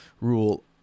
rule